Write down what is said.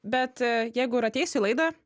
bet jeigu ir ateis į laidą